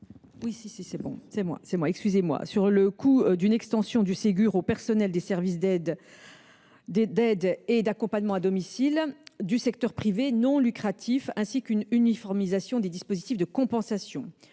que soit remis un rapport sur le coût d’une extension du Ségur au personnel des services d’aide et d’accompagnement à domicile du secteur privé non lucratif, ainsi que sur une uniformisation des dispositifs de compensation.